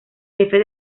jefe